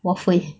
waffle